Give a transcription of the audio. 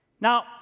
Now